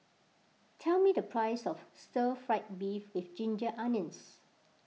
tell me the price of Stir Fried Beef with Ginger Onions